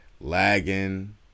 lagging